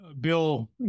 Bill